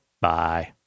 Bye